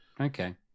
Okay